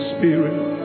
Spirit